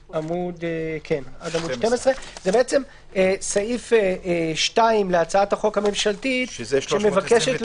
12. זה סעיף 2 להצעת החוק הממשלתית המבקשת